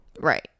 Right